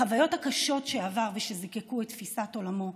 החוויות הקשות שעבר ושזיקקו את תפיסת עולמו,